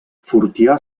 fortià